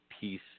peace